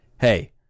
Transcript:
Hey